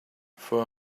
for